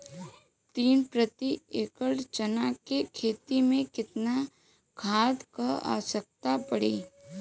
तीन प्रति एकड़ चना के खेत मे कितना खाद क आवश्यकता पड़ी?